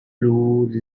blue